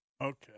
Okay